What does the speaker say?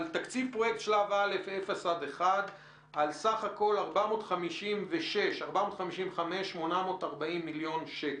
תקציב פרויקט שלב א' אפס עד אחד קילומטר על סך הכול 456 מיליון שקלים.